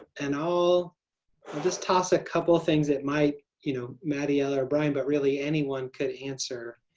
and i'll just toss a couple of things it might. you know maddie, ella, or brian. but really anyone could answer